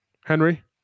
Henry